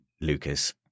Lucas